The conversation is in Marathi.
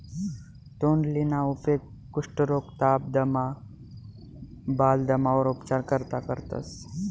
तोंडलीना उपेग कुष्ठरोग, ताप, दमा, बालदमावर उपचार करता करतंस